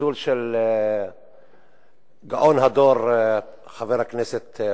בזלזול של גאון הדור, חבר הכנסת אורבך.